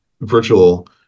virtual